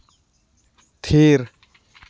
ᱛᱷᱤᱨ